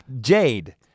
Jade